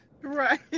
Right